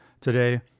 today